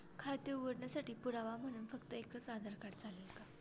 खाते उघडण्यासाठी पुरावा म्हणून फक्त एकच आधार कार्ड चालेल का?